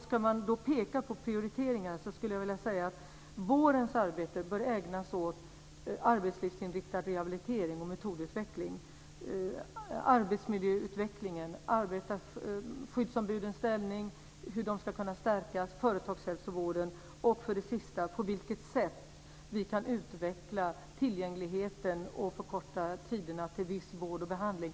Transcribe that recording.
Ska man då peka på prioriteringar skulle jag vilja säga att vårens arbete bör ägnas åt arbetslivsinriktad rehabilitering, metodutveckling, arbetsmiljöutvecklingen, hur skyddsombudens ställning ska kunna stärkas, företagshälsovården och på vilket sätt vi kan utveckla tillgängligheten och förkorta väntetiderna till viss vård och behandling.